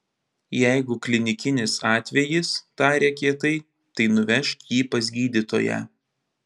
jeigu klinikinis atvejis tarė kietai tai nuvežk jį pas gydytoją